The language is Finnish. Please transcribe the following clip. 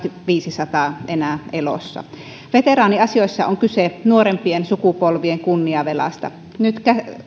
tuhatviisisataa enää elossa veteraaniasioissa on kyse nuorempien sukupolvien kunniavelasta nyt